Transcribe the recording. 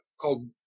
Called